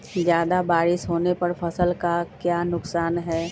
ज्यादा बारिस होने पर फसल का क्या नुकसान है?